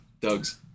Doug's